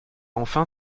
enfin